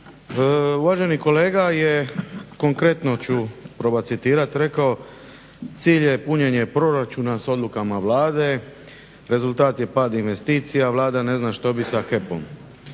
Uvaženi kolega je konkretno ću probati citirati rekao, cilj je punjenje proračuna s odlukama Vlade, rezultat je pad investicija, Vlada ne zna što bi s HEP-om.